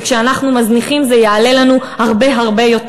וכשאנחנו מזניחים זה יעלה לנו הרבה הרבה יותר.